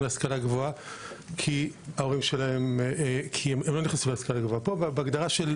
להשכלה גבוה כי ההורים שלהם לא נכנסו להשכלה גבוהה,